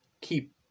keep